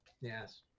Yes